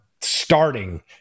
starting